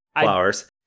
Flowers